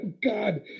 God